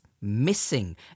missing